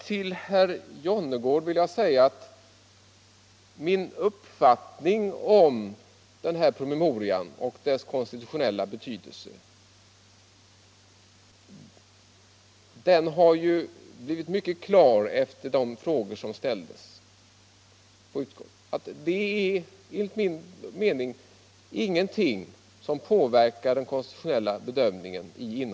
Till herr Jonnergård vill jag säga att min uppfattning om den här promemorian och dess konstitutionella betydelse har blivit mycket klar efter genomgången i utskottet. Den innehåller enligt min mening ingenting som påverkar den konstitutionella bedömningen.